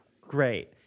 great